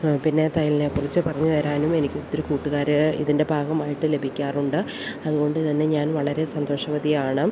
പിന്നെ തയ്യലിനെക്കുറിച്ച് പറഞ്ഞുതരാനും എനിക്ക് ഒത്തിരി കൂട്ടുകാർ ഇതിൻ്റെ ഭാഗമായിട്ട് ലഭിക്കാറുണ്ട് അതുകൊണ്ടുതന്നെ ഞാൻ വളരെ സന്തോഷവതിയാണ്